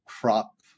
Crop